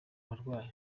barwayi